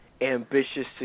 ambitious